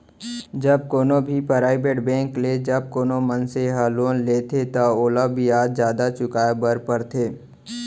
जब कोनो भी पराइबेट बेंक ले जब कोनो मनसे ह लोन लेथे त ओला बियाज जादा चुकाय बर परथे